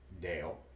Dale